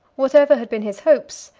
whatever had been his hopes,